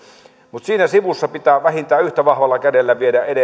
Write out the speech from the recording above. mutta siinä sivussa pitää vähintään yhtä vahvalla kädellä viedä